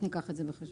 ניקח זאת בחשבון.